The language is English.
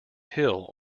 hill